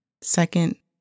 Second